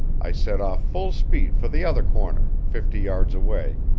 i set off full speed for the other corner, fifty yards away,